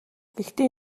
гэхдээ